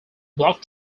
block